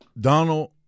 Donald